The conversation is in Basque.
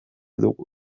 dugu